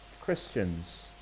Christians